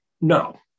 no